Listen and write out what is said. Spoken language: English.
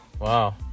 Wow